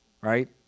right